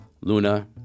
Luna